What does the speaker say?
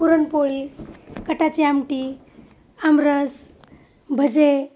पुरणपोळी कटाची आमटी आमरस भजे